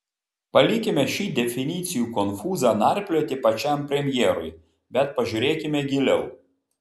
palikime šį definicijų konfūzą narplioti pačiam premjerui bet pažiūrėkime giliau